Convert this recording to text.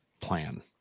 plan